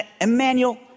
Emmanuel